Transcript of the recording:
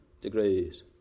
degrees